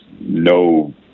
no